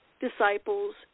disciples